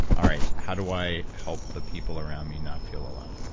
alright, how do i help the people around me not feel alone?